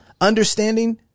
understanding